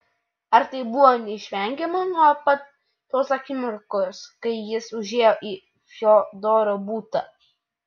ar tai buvo neišvengiama nuo pat tos akimirkos kai jis užėjo į fiodoro butą